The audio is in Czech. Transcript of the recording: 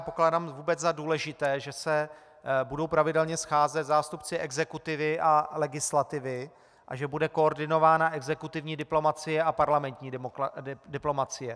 Pokládám vůbec za důležité, že se budou pravidelně scházet zástupci exekutivy a legislativy a že bude koordinována exekutivní diplomacie a parlamentní diplomacie.